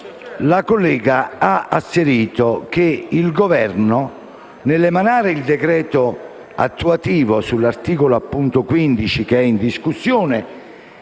Ella ha asserito che il Governo, nell'emanare il decreto attuativo sull'articolo 15 in discussione,